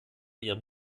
ihrem